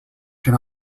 can